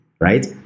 right